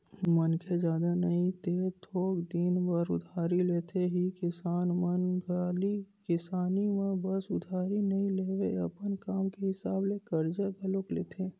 मनखे जादा नई ते थोक दिन बर उधारी लेथे ही किसान मन खाली किसानी म बस उधारी नइ लेवय, अपन काम के हिसाब ले करजा घलोक लेथे